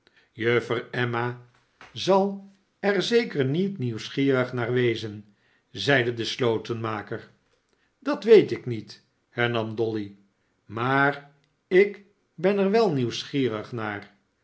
emma zal er zeker niet nieuwsgierig naar wezen zeide de slotenmaker s dat weet ik niet hernam dolly maar ik ben er wel nieuwsgierig naar